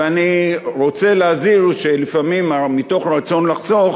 ואני רוצה להזהיר שלפעמים מתוך רצון לחסוך